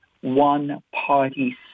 one-party